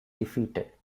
defeated